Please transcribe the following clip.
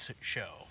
show